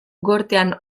gortean